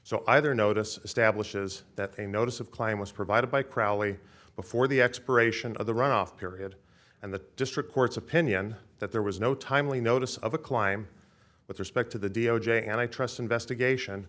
so either notice establishes that a notice of claim was provided by crowley before the expiration of the runoff period and the district court's opinion that there was no timely notice of a climb with respect to the d o j and i trust investigation